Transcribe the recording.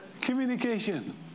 Communication